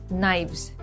knives